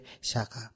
shaka